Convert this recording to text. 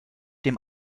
dem